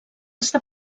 està